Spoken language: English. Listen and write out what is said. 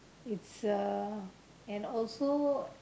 it's a and also